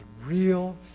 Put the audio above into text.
real